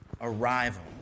arrival